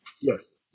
Yes